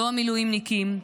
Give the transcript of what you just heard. לא המילואימניקים,